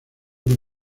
que